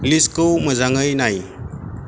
लिस्टखौ मोजाङै नाय